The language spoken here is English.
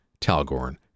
Talgorn